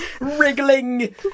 Wriggling